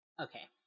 Okay